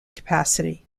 capacity